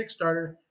Kickstarter